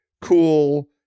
cool